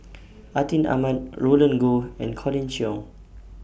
Atin Amat Roland Goh and Colin Cheong